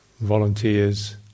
volunteers